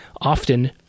often